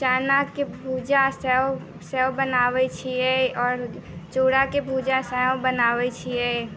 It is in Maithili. चनाके भूजा सेहो सेहो बनाबै छिए आओर चूड़ाके भूजा बनाबै छिए